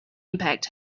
impact